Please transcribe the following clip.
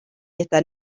ydyn